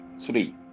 Three